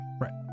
Right